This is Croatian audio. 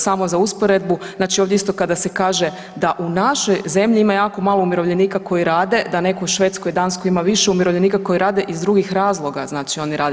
Samo za usporedbu, znači ovdje isto kada se kaže da u našoj zemlji ima jako malo umirovljenika koji rade, da neko u Švedskoj, Danskoj ima više umirovljenika koji rade iz drugih razloga znači oni rade.